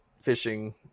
fishing